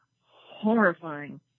horrifying